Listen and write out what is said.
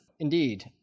Indeed